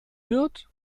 wird